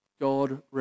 God